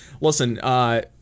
listen